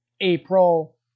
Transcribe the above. April